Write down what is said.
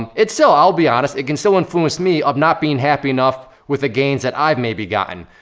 it's still, i'll be honest, it can still influence me of not being happy enough with the gains that i've maybe gotten.